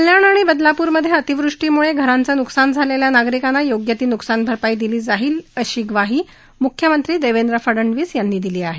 कल्याण आणि बदलापूरमधे अतिवृष्टीमुळे घरांचं नुकसान झालेल्या नागरिकांना योग्य ती नुकसान भरपाई दिली जाईल अशी ग्वाही मुख्यमंत्री देवेंद्र फडनवीस यांनी दिली आहे